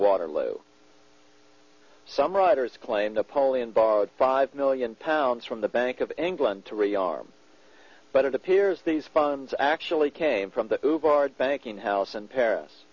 waterloo some writers claim the polian borrowed five million pounds from the bank of england to rearm but it appears these funds actually came from the bard banking house in paris